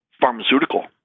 pharmaceutical